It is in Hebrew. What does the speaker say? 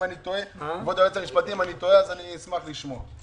אם אני טועה, כבוד היועץ המשפטי, אשמח לשמוע.